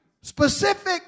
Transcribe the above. Specific